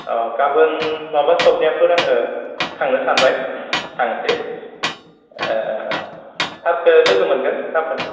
औ गाबोन नङाब्ला सबनिहाफोर आङो थांनो सानबाय थांसै सारखो लोगो मोनगोन गाबोन